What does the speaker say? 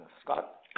Scott